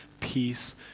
peace